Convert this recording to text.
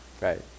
right